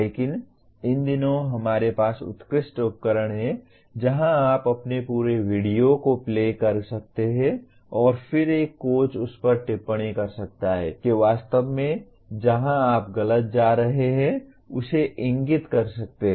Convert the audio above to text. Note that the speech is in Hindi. लेकिन इन दिनों हमारे पास उत्कृष्ट उपकरण हैं जहां आप अपने पूरे वीडियो को प्ले कर सकते हैं और फिर एक कोच उस पर टिप्पणी कर सकता है कि वास्तव में जहां आप गलत कर रहे हैं उसे इंगित कर सकते हैं